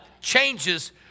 changes